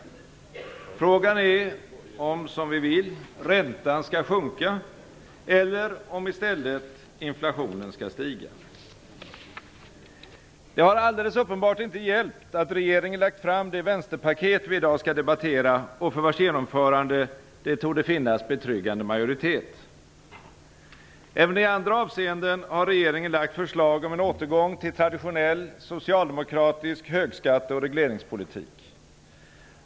Frågan är om - som vi vill - räntan skall sjunka eller om i stället inflationen skall stiga. Det har alldeles uppenbart inte hjälpt att regeringen lagt fram det vänsterpaket vi i dag skall debattera och för vars genomförande det torde finnas betryggande majoritet. Även i andra avseenden har regeringen framlagt förslag om en återgång till traditionell socialdemokratisk högskatte och regleringspolitik.